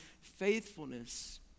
faithfulness